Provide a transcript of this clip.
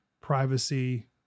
privacy